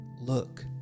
Look